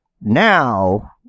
now